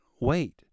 wait